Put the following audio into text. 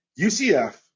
ucf